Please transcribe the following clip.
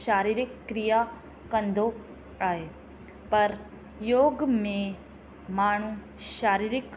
शारीरिक क्रिया कंदो आहे परि योग में माण्हू शारीरिक